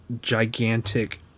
gigantic